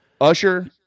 Usher